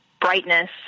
brightness